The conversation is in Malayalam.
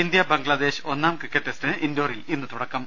ഇന്ത്യ ബംഗ്ലാദേശ് ഒന്നാംക്രിക്കറ്റ് ടെസ്റ്റിന് ഇൻഡോറിൽ ഇന്ന് തുട ക്കം